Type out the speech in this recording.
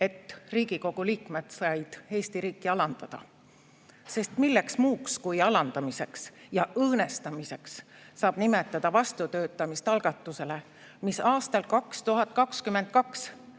et Riigikogu liikmed said Eesti riiki alandada. Milleks muuks kui alandamiseks ja õõnestamiseks saab nimetada vastutöötamist algatusele, millega aastal 2022,